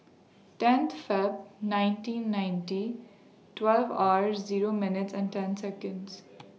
tenth Feb nineteen ninety twelve hours Zero minutes and ten Seconds